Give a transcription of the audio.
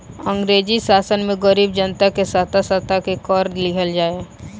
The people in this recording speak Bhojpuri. अंग्रेजी शासन में गरीब जनता के सता सता के कर लिहल जाए